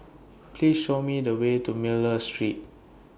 Please Show Me The Way to Miller Street